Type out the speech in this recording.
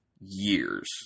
years